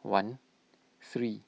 one three